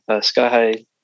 sky-high